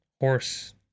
Horse